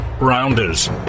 Rounders